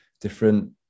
different